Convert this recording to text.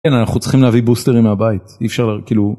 אין אנחנו צריכים להביא בוסטרים מהבית אי אפשר כאילו.